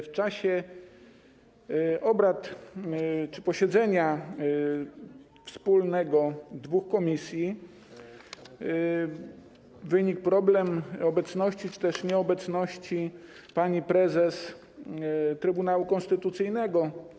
W czasie obrad czy wspólnego posiedzenia dwóch komisji wynikł problem obecności czy też nieobecności pani prezes Trybunału Konstytucyjnego.